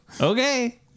okay